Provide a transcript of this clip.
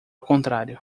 contrário